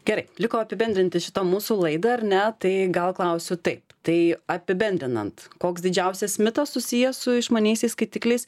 gerai liko apibendrinti šitą mūsų laida ar ne tai gal klausiu taip tai apibendrinant koks didžiausias mitas susijęs su išmaniaisiais skaitikliais